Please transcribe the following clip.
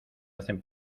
hacen